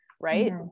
right